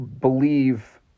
believe